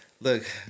look